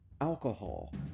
alcohol